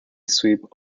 sweep